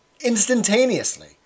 instantaneously